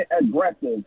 aggressive